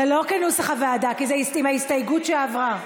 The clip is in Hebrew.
זה לא כנוסח הוועדה, כי זה עם ההסתייגות שעברה.